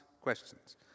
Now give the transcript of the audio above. questions